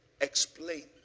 explain